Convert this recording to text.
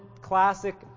classic